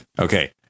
okay